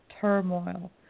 turmoil